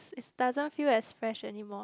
is doesn't feel as fresh anymore